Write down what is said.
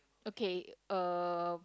okay uh